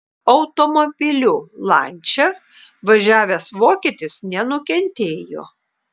automobiliu lancia važiavęs vokietis nenukentėjo